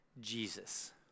Jesus